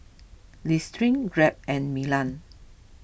Listerine Grab and Milan